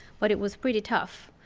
but it was pretty tough.